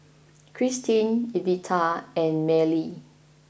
Kristine Evita and Mellie